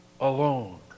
alone